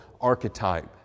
archetype